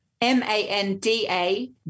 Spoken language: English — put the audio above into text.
m-a-n-d-a